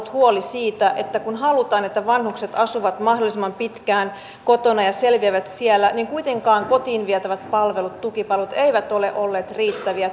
ollut huoli siitä että kun halutaan että vanhukset asuvat mahdollisimman pitkään kotona ja selviävät siellä niin kuitenkaan kotiin vietävät palvelut tukipalvelut eivät ole olleet riittäviä